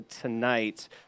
tonight